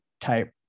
type